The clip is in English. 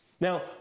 Now